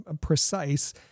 precise